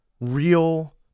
real